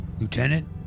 Lieutenant